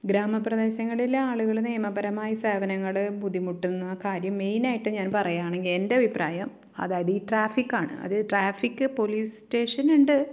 ഗ്രാമ പ്രദേശങ്ങളിലെ ആളുകൾ നിയമപരമായി സേവ നിങ്ങൾ ബുദ്ധിമുട്ടുന്ന കാര്യം മെയിനായിട്ട് ഞാൻ പറയുകയാണെങ്കിൽ എൻ്റെ അഭിപ്രായം അതായത് ഈ ട്രാഫിക്കാണ് അത് ട്രാഫിക് പോലീസ് സ്റ്റേഷനുണ്ട്